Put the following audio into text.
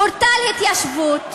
פורטל התיישבות,